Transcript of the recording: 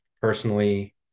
personally